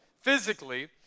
physically